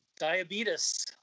Diabetes